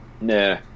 Nah